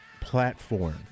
platform